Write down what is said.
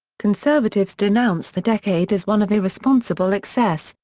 conservatives denounce the decade as one of irresponsible excess,